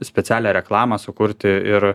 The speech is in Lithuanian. specialią reklamą sukurti ir